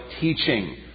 teaching